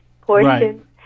portions